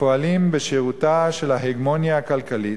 שפועלים בשירותה של ההגמוניה הכלכלית,